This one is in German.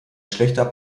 schlechter